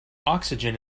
oxygen